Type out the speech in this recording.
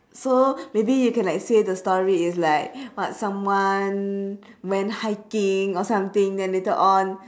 so maybe you can like say the story is like what someone went hiking or something then later on